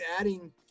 adding